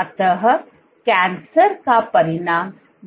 अतः कैंसर का परिणाम नहीं हो सकते